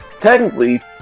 technically